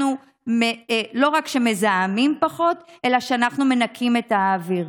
ולא רק שאנחנו מזהמים פחות אלא שאנחנו מנקים את האוויר.